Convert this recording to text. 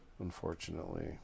Unfortunately